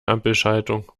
ampelschaltung